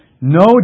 No